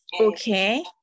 Okay